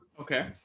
Okay